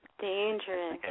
Dangerous